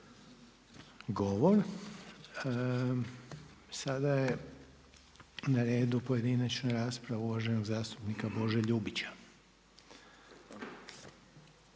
govor. Sada je na redu pojedinačna rasprava uvaženog zastupnika Bože Ljubića.